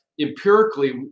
empirically